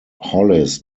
hollis